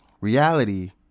reality